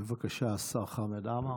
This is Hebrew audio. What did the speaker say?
בבקשה, השר חמד עמאר.